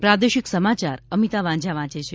પ્રાદેશિક સમાચાર અમિતા વાંઝા વાંચે છે